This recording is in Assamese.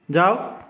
যাওক